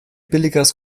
billigeres